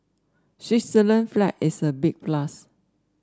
Switzerland flag is a big plus